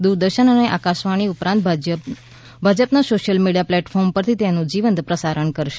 દૂરદર્શન અને આકાશવાણી ઉપરાંત ભાજપના સોશિયલ મીડિયા પ્લેટફૉર્મ ઉપરથી તેનું જીવંત પ્રસારણ કરશે